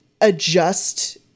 adjust